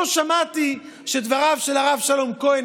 לא שמעתי שדבריו של הרב שלום כהן,